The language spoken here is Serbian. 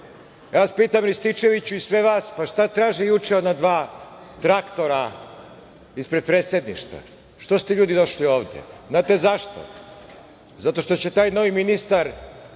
ja vas pitam, Rističeviću, i sve vas pa šta traže juče ona dva traktora ispred Predsedništva? Što ste, ljudi, došli ovde? Znate zašto? Zato što će taj novi ministar,